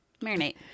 Marinate